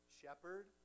shepherd